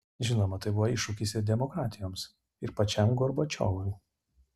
žinoma tai buvo iššūkis ir demokratijoms ir pačiam gorbačiovui